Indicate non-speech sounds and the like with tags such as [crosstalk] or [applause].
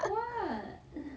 what [breath]